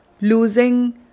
losing